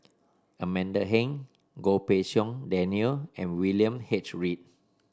Amanda Heng Goh Pei Siong Daniel and William H Read